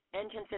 Engine